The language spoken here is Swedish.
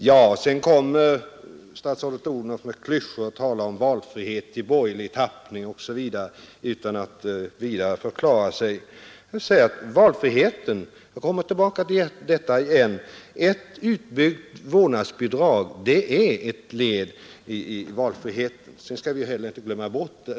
Statsrådet Odhnoff kom sedan med klyschor och talade om valfrihet i borgerlig tappning osv. utan att närmare förklara sig. Jag kommer tillbaka till detta att ett utbyggt vårdnadsbidrag är ett led i valfriheten.